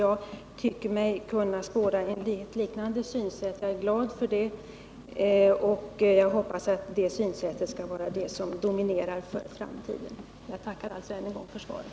Jag tycker mig kunna spåra ett liknande synsätt här, vilket jag är tacksam för, och jag hoppas att detta synsätt skall vara det dominerande för framtiden. Jag tackar än en gång för svaret.